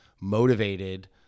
motivated